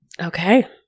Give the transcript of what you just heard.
Okay